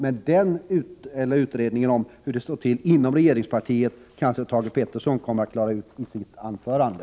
Hur det i detta avseende står till inom regeringspartiet kanske Thage Peterson kommer att klara ut i sitt anförande.